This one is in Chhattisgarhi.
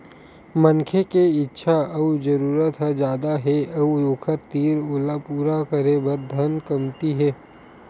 मनखे के इच्छा अउ जरूरत ह जादा हे अउ ओखर तीर ओला पूरा करे बर धन कमती हे